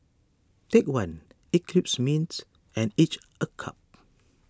Take one Eclipse Mints and Each a cup